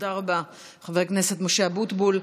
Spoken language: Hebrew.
תודה רבה, חבר הכנסת משה אבוטבול.